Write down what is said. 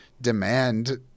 demand